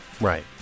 Right